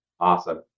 Awesome